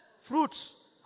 fruits